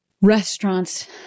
restaurants